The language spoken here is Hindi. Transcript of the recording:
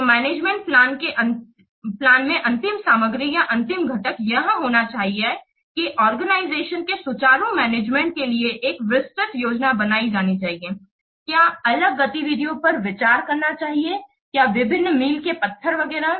तो मैनेजमेंट प्लान में अंतिम सामग्री या अंतिम घटक यह होना चाहिए के ऑर्गेनाइजेशन के सुचारू मैनेजमेंट के लिए एक विस्तृत योजना बनाई जानी चाहिए क्या अलग गतिविधियों पर विचार करना चाहिए क्या विभिन्न मील के पत्थर वगैरह